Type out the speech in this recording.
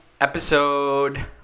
Episode